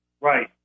right